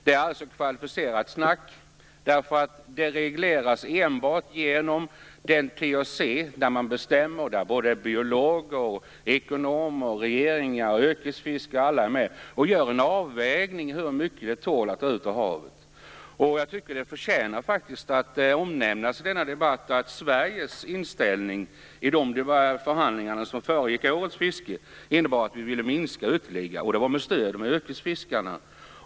Det är kvalificerat struntprat eftersom det regleras enbart genom den TAC där biologer, ekonomer, regeringar och yrkesfiskare är med och bestämmer och där det görs en avvägning av hur mycket man kan ta ur havet. Jag tycker att det förtjänar att omnämnas i denna debatt att Sveriges inställning i de förhandlingar som föregick årets fiske innebar att vi ville minska det ytterligare, och det var med stöd från yrkesfiskarna.